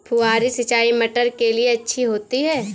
फुहारी सिंचाई मटर के लिए अच्छी होती है?